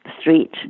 street